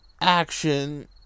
action